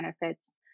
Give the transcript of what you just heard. benefits